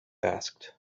asked